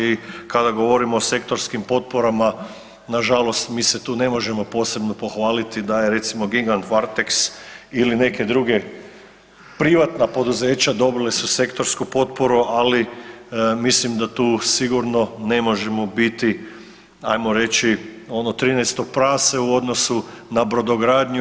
I kada govorimo o sektorskim potporama, nažalost mi se tu ne možemo posebno pohvaliti da je gigant „Varteks“ ili neke druge privatna poduzeća dobili su sektorsku potporu, ali mislim da sigurno ne možemo biti ajmo reći ono 13. prase u odnosu na brodogradnju.